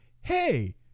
hey